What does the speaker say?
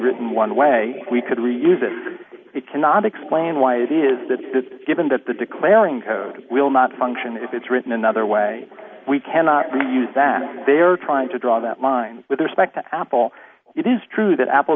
written one way we could reuse it it cannot explain why it is that given that the declaring code will not function if it's written another way we cannot really use that they're trying to draw that line with respect to apple it is true that apple